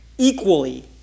Equally